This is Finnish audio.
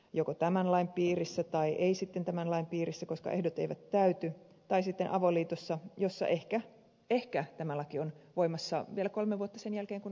joko tämän lain piirissä tai sitten ei tämän lain piirissä koska ehdot eivät täyty tai sitten avoliitossa jossa ehkä tämä laki on voimassa vielä kolme vuotta sen jälkeen kun olette eronneet